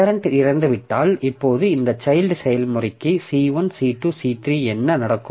parent இறந்துவிட்டால் இப்போது இந்த சைல்ட் செயல்முறைக்கு C1 C2 C3 என்ன நடக்கும்